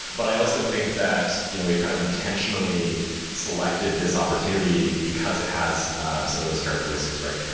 but i also think that you know we've kind of intentionally selected this opportunity, because it has some of those characteristics, right?